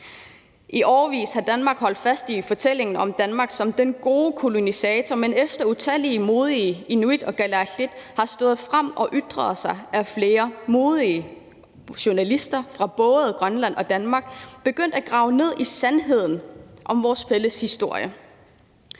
I årevis har Danmark holdt fast i fortællingen om Danmark som den gode kolonisator, men efter at utallige modige kalaallit/inuit har stået frem og ytret sig, er flere modige journalister fra både Grønland og Danmark begyndt at grave ned i sandheden om vores fælles historie.